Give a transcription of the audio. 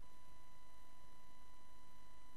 היינו אצל ראשי זרועות הביטחון,